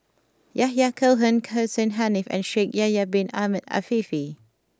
Yahya Cohen Hussein Haniff and Shaikh Yahya bin Ahmed Afifi